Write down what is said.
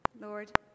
Lord